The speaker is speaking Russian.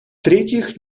третьих